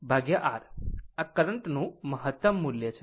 આ કરંટ નું મહત્તમ મૂલ્ય છે